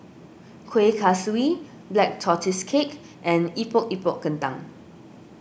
Kuih Kaswi Black Tortoise Cake and Epok Epok Kentang